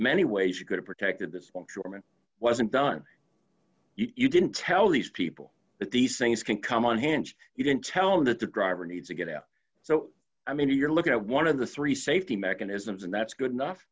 many ways you could have protected this one chairman wasn't done you didn't tell these people that these things can come on hand you can tell them that the driver needs to get out so i mean you're looking at one of the three safety mechanisms and that's good enough